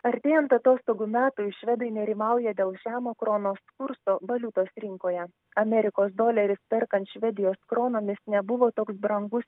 artėjant atostogų metui švedai nerimauja dėl žemo kronos kurso valiutos rinkoje amerikos doleris perkant švedijos kronomis nebuvo toks brangus